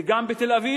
זה גם בתל-אביב